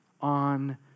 on